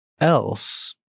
else